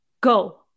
go